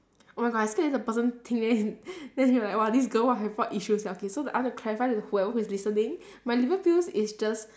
oh my god I scared later the person think then then he like !wah! this girl what have what issues sia okay so I want to clarify to whoever is listening my liver pills is just